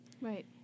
Right